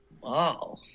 Wow